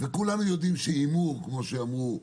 וכולנו יודעים שהימור, כמו שאמרו,